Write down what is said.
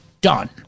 done